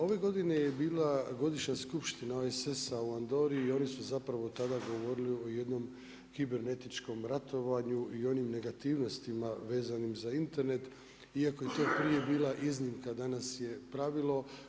Ove godine je bila godišnja Skupština OESS-a u Andori i oni su zapravo tada govorili o jednom kibernetičkom ratovanju i onim negativnostima vezanim za Internet iako je to prije bila iznimka, danas je pravilo.